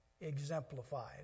exemplified